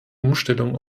umstellung